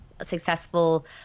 successful